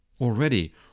Already